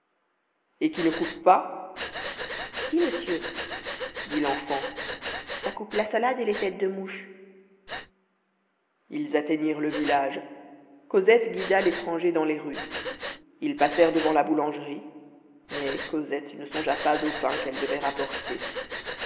et qui ne coupe pas si monsieur dit l'enfant ça coupe la salade et les têtes de mouches ils atteignirent le village cosette guida l'étranger dans les rues ils passèrent devant la boulangerie mais cosette ne songea pas au pain qu'elle devait rapporter